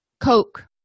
Coke